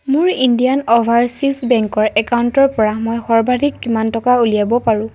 মোৰ Indian overseas বেংকৰ একাউণ্টৰ পৰা মই সৰ্বাধিক কিমান টকা উলিয়াব পাৰোঁ